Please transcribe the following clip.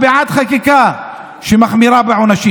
אנחנו בעד חקיקה שמחמירה בעונשים.